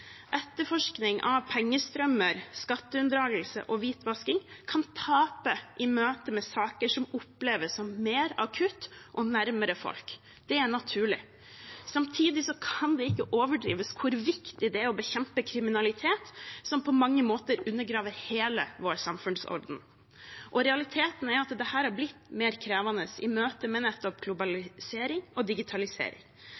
Etterforskning av pengestrømmer, skatteunndragelse og hvitvasking kan tape i møte med saker som oppleves som mer akutt og nærmere folk. Det er naturlig. Samtidig kan det ikke overdrives hvor viktig det er å bekjempe kriminalitet som på mange måter undergraver hele vår samfunnsorden. Realiteten er at dette har blitt mer krevende i møte med nettopp